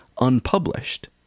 unpublished